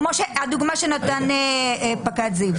כמו הדוגמה שנתן פקד זיו,